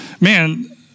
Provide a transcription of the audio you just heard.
man